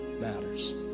matters